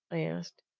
i asked.